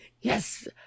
Yes